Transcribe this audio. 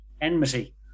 enmity